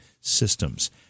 systems